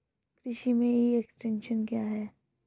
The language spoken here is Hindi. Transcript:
कृषि में ई एक्सटेंशन क्या है?